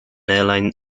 airline